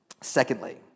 Secondly